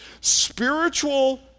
Spiritual